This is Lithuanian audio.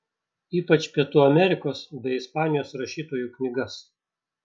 ypač pietų amerikos bei ispanijos rašytojų knygas